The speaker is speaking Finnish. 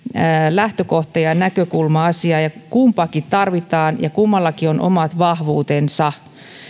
lähtökohta ja ja näkökulma asiaan kumpaakin tarvitaan ja kummallakin on omat vahvuutensa